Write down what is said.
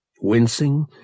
Wincing